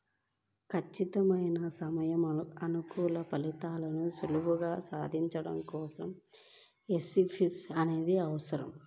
ఖచ్చితమైన సమయానుకూల ఫలితాలను సులువుగా సాధించడం కోసం ఎఫ్ఏఎస్బి అనేది అవసరం